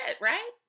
right